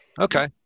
Okay